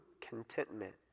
contentment